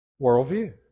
Worldview